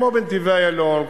כמו בנתיבי-איילון,